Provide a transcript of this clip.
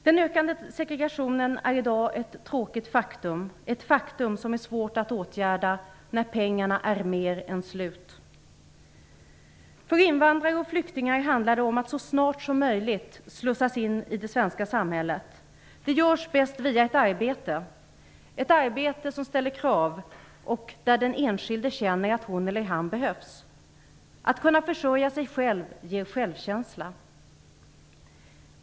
Den ökande segregationen är i dag ett tråkigt faktum som är svårt att åtgärda när pengarna är mer än slut. För invandrare och flyktingar handlar det om att så snart som möjligt slussas in i det svenska samhället. Det görs bäst via ett arbete som ställer krav och där den enskilde känner att hon eller han behövs. Att kunna försörja sig själv ger självkänsla.